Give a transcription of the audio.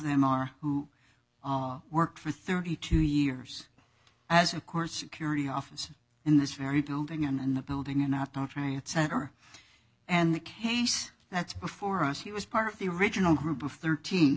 them are who worked for thirty two years as a core security officer in this very building and the building in our town trade center and the case that's before us he was part of the original group of thirteen